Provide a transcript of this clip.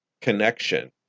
connection